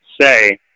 say